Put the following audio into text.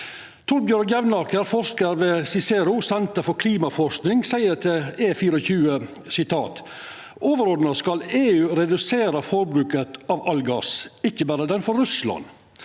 Torbjørg Jevnaker, forskar ved Cicero Senter for klimaforskning, seier til E24: «Overordnet skal EU redusere forbruket av all gass, ikke bare den fra Russland.